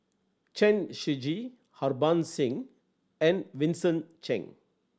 Chen Shiji Harbans Singh and Vincent Cheng